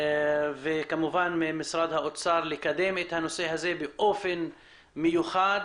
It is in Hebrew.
וכמובן ממשרד האוצר לקדם את הנושא הזה באופן מיוחד,